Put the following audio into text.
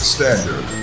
Standard